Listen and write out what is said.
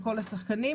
לכל השחקנים,